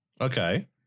Okay